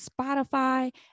Spotify